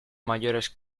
mayores